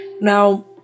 Now